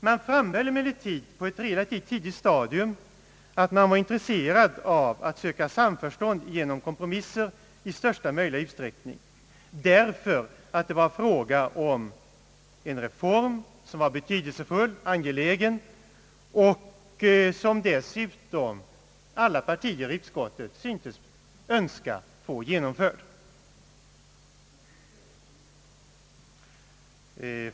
Man framhöll emellertid på ett relativt tidigt stadium, att man var intresserad av att söka samförstånd genom kompromisser i största möjliga utsträckning, därför att det var fråga om en reform som var angelägen och som dessutom alla partier i utskottet syntes önska få genomförd.